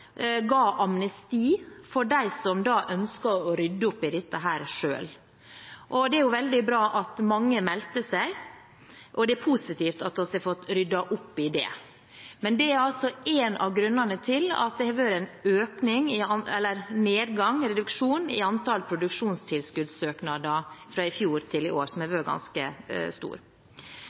ga amnesti til dem som ønsket å rydde opp i dette selv. Det er veldig bra at mange meldte seg, og det er positivt at vi har fått ryddet opp i det. Men det er altså en av grunnene til at det har vært en ganske stor reduksjon i antall produksjonstilskuddssøknader fra i fjor til i år.